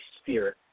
Spirit